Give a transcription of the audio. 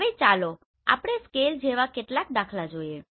હવે ચાલો આપણે સ્કેલ જેવા કેટલાક દાખલાઓ જોઈએ